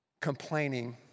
complaining